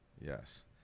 Yes